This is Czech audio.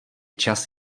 čas